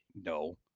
No